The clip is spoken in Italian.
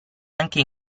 anche